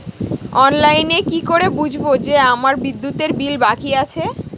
অনলাইনে কি করে বুঝবো যে আমার বিদ্যুতের বিল বাকি আছে?